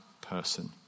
person